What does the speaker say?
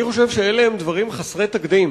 אני חושב שאלה הם דברים חסרי תקדים